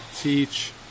teach